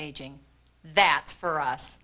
aging that for us